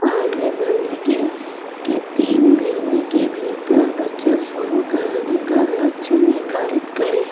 आगे बढ़ने के के तीन महीने के भीतर बचत शुरू कराने का लक्ष्य निर्धारित करें